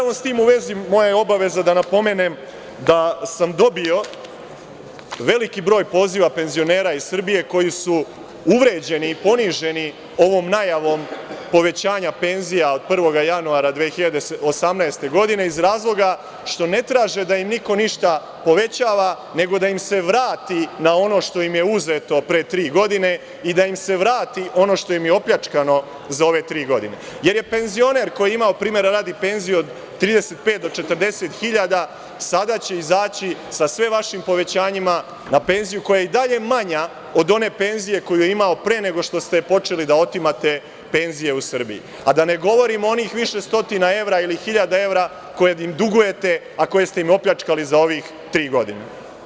S tim u vezi, moja je obaveza da napomenem da sam dobio veliko broj poziva penzionera iz Srbije koji su uvređeni i poniženi ovom najavom povećanja penzija od 01. januara 2018. godine, iz razloga što ne traže da im iko išta povećava, nego da im se vrati ono što im je uzeto pre tri godine i da im se vrati ono što im je opljačkano za ove tri godine, jer je penzioner koji je imao, primera radi, penziju 35.000 do 40.000 dinara sada će izaći sa sve vašim povećanjima na penziju koja je i dalje manja od one penzije koju je imao pre nego što ste počeli da otimate penzije u Srbiji, a da ne govorim o onih više stotina evra ili hiljade evra koje im dugujete, a koje ste im opljačkali za ove tri godine.